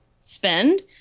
spend